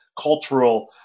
cultural